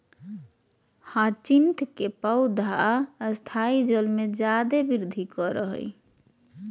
hyacinth के पौधा स्थायी जल में जादे वृद्धि करा हइ